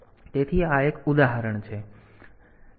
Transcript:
તેથી આ એક ઉદાહરણ છે